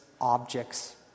objects